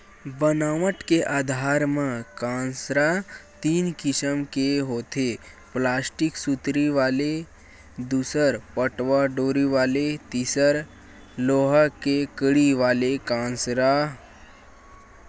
बनावट के आधार म कांसरा तीन किसम के होथे प्लास्टिक सुतरी वाले दूसर पटवा डोरी वाले तिसर लोहा के कड़ी वाले कांसरा